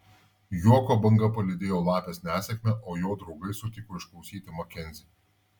juoko banga palydėjo lapės nesėkmę o jo draugai sutiko išklausyti makenzį